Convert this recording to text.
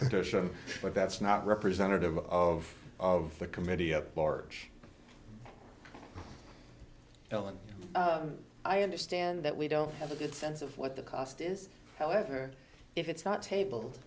petition but that's not representative of of the committee at large ellen i understand that we don't have a good sense of what the cost is however if it's not table